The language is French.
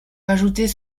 rajouter